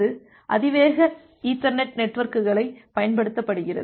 அது அதிவேக ஈதர்நெட் நெட்வொர்க்குகளைப் பயன்படுத்துகிறது